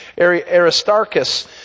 Aristarchus